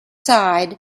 side